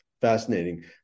fascinating